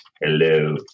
hello